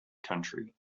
country